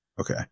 okay